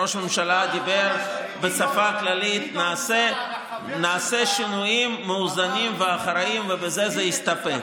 ראש הממשלה דיבר בשפה כללית: נעשה שינויים מאוזנים ואחראיים ובזה נסתפק.